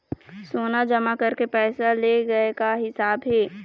सोना जमा करके पैसा ले गए का हिसाब हे?